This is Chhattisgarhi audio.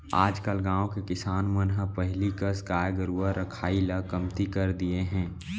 आजकल गाँव के किसान मन ह पहिली कस गाय गरूवा रखाई ल कमती कर दिये हें